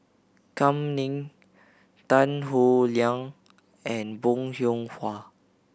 Kam Ning Tan Howe Liang and Bong Hiong Hwa